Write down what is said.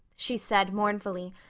she said mournfully,